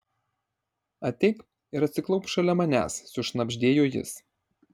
ateik ir atsiklaupk šalia manęs sušnabždėjo jis